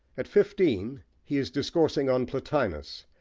at fifteen he is discoursing on plotinus,